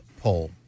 poll